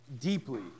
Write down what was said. deeply